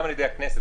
גם על ידי הכנסת.